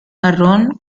marrón